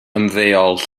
ymddeol